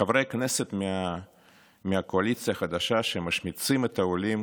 חברי כנסת מהקואליציה החדשה שמשמיצים את העולים